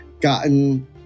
gotten